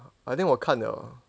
I think 我看 liao